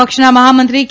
પક્ષના મહામંત્રી કે